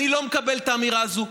אני לא מקבל את האמירה הזאת.